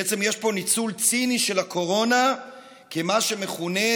בעצם יש פה ניצול ציני של הקורונה כמה שמכונה,